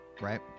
Right